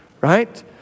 right